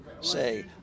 say